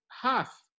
half